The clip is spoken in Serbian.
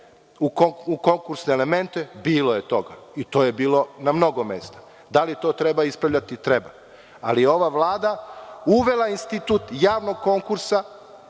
u konkursne elemente? Bilo je toga i to je bilo na mnogo mesta. Da li to treba ispravljati? Treba, ali je ova vlada uvela institut javnog konkursa